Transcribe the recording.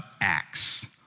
acts